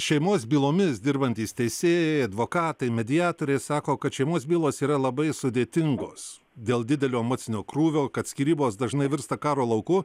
šeimos bylomis dirbantys teisėjai advokatai mediatoriai sako kad šeimos bylos yra labai sudėtingos dėl didelio emocinio krūvio kad skyrybos dažnai virsta karo lauku